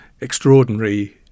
extraordinary